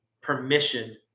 permission